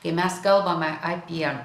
kai mes kalbame apie